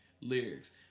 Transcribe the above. lyrics